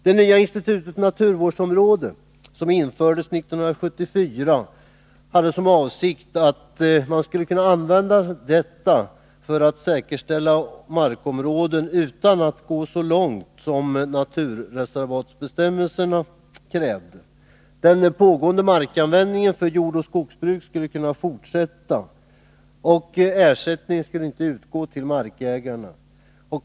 Det nya institutet naturvårdsområde, som infördes den 1 januari 1975, var avsett för att säkerställa markområden utan att man behövde gå så långt som naturreservatsbestämmelserna krävde. Den pågående markanvändningen för jordoch skogsbruket skulle kunna fortsätta. Ersättning skulle inte utgå till markägarna.